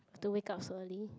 have to wake up so early